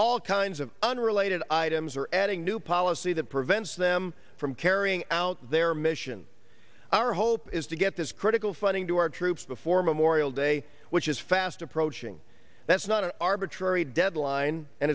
all kinds of unrelated items or adding new policy that prevents them from carrying out their mission our hope is to get this critical funding to our troops before memorial day which is fast approaching that's not an arbitrary deadline and